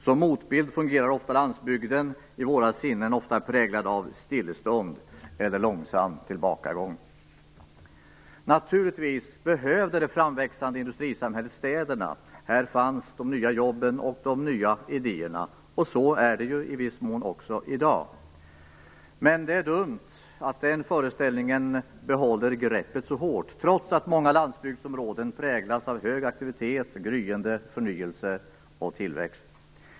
Som motbild fungerar ofta landsbygden, i våra sinnen ofta präglad av stillestånd eller långsam tillbakagång. Naturligtvis behövde det framväxande industrisamhället städerna. Här fanns de nya jobben och de nya idéerna. Så är det också i viss mån i dag. Men det är dumt att den föreställningen håller greppet så hårt, trots att många landsbygdsområden präglas av hög aktivitet, gryende förnyelse och tillväxt.